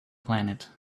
planet